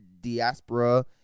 diaspora